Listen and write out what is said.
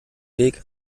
weg